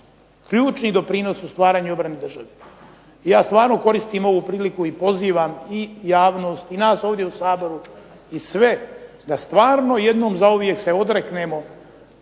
ključni doprinos u stvaranju obrane države. I ja stvarno koristim ovu priliku i pozivam i javnost i nas ovdje u Saboru i sve da stvarno jednom zauvijek se odreknemo